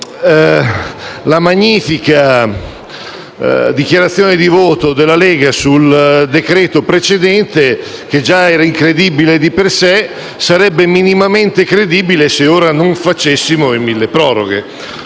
la magnifica dichiarazione di voto della Lega sul decreto precedente, che già era incredibile di per sé, sarebbe minimamente credibile solo se ora non discutessimo il milleproroghe.